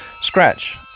Scratch